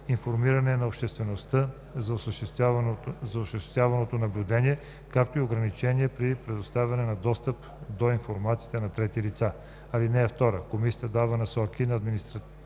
информиране на обществеността за осъществяваното наблюдение, както и ограничения при предоставяне на достъп до информацията на трети лица. (2) Комисията дава насоки на администраторите